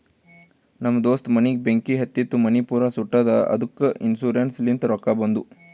ನಮ್ ದೋಸ್ತ ಮನಿಗ್ ಬೆಂಕಿ ಹತ್ತಿತು ಮನಿ ಪೂರಾ ಸುಟ್ಟದ ಅದ್ದುಕ ಇನ್ಸೂರೆನ್ಸ್ ಲಿಂತ್ ರೊಕ್ಕಾ ಬಂದು